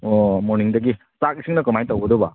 ꯑꯣ ꯃꯣꯔꯅꯤꯡꯗꯒꯤ ꯆꯥꯛ ꯏꯁꯤꯡꯅ ꯀꯃꯥꯏ ꯇꯧꯒꯗꯕ